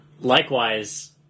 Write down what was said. likewise